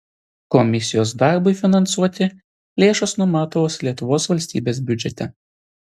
komisijos darbui finansuoti lėšos numatomos lietuvos valstybės biudžete